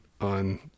on